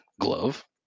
glove